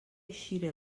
eixir